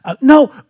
No